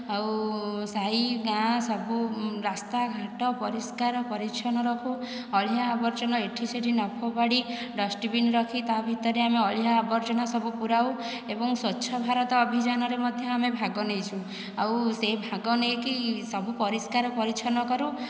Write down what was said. ଆଉ ସାହି ଗାଁ ସବୁ ରାସ୍ତା ଘାଟ ପରିଷ୍କାର ପରିଚ୍ଛନ୍ନ ରଖୁ ଅଳିଆ ଆବର୍ଜନା ଏଇଠି ସେଇଠି ନ ଫୋପାଡ଼ି ଡଷ୍ଟବିନ୍ ରଖି ତା'ଭିତରେ ଆମେ ଅଳିଆ ଆବର୍ଜନା ସବୁ ପୂରାଉ ଏବଂ ସ୍ୱଚ୍ଛ ଭାରତ ଅଭିଯାନରେ ମଧ୍ୟ ଆମେ ଭାଗ ନେଇଛୁ ଆଉ ସେଇ ଭାଗ ନେଇକି ସବୁ ପରିଷ୍କାର ପରିଚ୍ଛନ୍ନ କରୁ